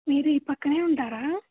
మీరు ఈ పక్కనే ఉంటారా